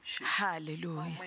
Hallelujah